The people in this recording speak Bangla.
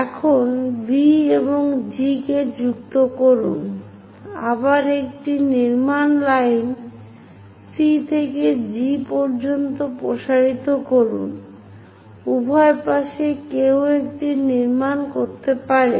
এখন V এবং G কে যুক্ত করুন আবার একটি নির্মাণ লাইন C থেকে G পর্যন্ত প্রসারিত করুন উভয় পাশে কেউ এটি নির্মাণ করতে পারে